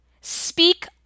Speak